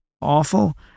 awful